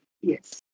yes